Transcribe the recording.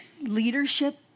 leadership